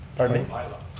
pardon me bylaw.